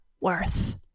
worth